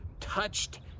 touched